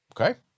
Okay